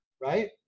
Right